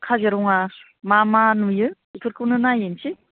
काजिरङा मा मा नुयो बेफोरखौनो नायहैनोसै